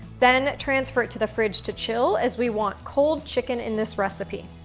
then transfer it to the fridge to chill as we want cold chicken in this recipe.